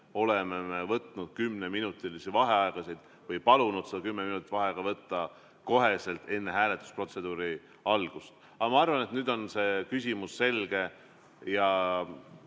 oleme võtnud kümneminutilisi vaheaegasid või palunud kümme minutit vaheaega võtta kohe enne hääletusprotseduuri algust. Aga ma arvan, et nüüd on see küsimus paremini